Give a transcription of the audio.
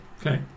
Okay